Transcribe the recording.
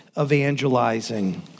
evangelizing